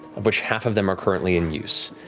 of which half of them are currently in use.